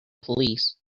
police